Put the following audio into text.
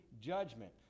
judgment